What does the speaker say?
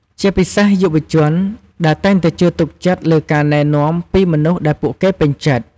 ជាពិសេសយុវជន ដែលតែងតែជឿទុកចិត្តលើការណែនាំពីមនុស្សដែលពួកគេពេញចិត្ត។